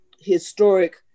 historic